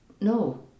No